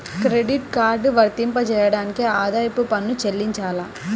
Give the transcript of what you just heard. Credit card వర్తింపజేయడానికి ఆదాయపు పన్ను చెల్లించాలా?